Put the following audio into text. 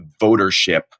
votership